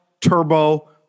turbo